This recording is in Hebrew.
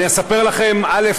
אני אספר לכם, א.